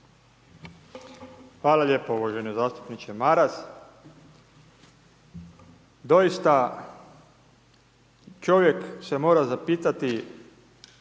Hvala lijepo uvaženi zastupniče Maras. Doista čovjek se mora zapitati